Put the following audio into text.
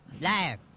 liar